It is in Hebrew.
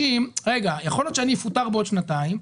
שיכול להיות שהוא יפוטר בעוד שנתיים,